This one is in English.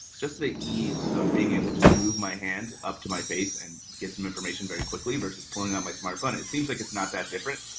just the ease of being able to move my hand up to my face and get some information very quickly, versus pulling out my smartphone. it it seems like it's not that different,